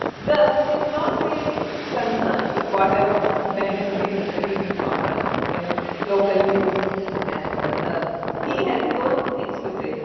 gus is not really concerned with whatever ben is reading from the you know local news and ah ah he has his own things to say.